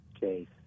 case